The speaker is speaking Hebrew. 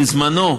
בזמנו,